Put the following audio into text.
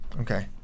okay